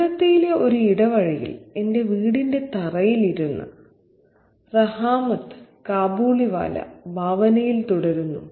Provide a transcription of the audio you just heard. കൊൽക്കത്തയിലെ ഒരു ഇടവഴിയിൽ എന്റെ വീടിന്റെ തറയിൽ ഇരുന്നു റഹാമത്ത് കാബൂളിവാല ഭാവനയിൽ തുടരുന്നു